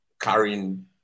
carrying